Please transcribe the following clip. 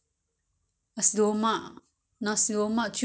chicken what are way you want fried chicken or you want baked chicken